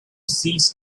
seized